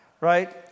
Right